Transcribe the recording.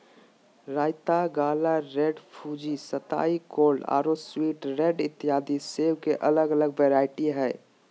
royal gala, red Fuji, सताई gold आरो sweet red इत्यादि सेब के अलग अलग वैरायटी हय